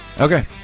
Okay